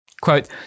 quote